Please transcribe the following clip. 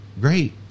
Great